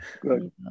Good